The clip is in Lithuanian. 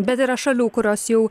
bet yra šalių kurios jau